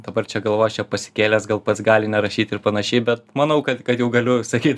dabar čia galvos čia pasikėlęs gal pats gali nerašyt ir panašiai bet manau kad kad jau galiu sakyt